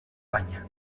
banya